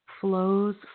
flows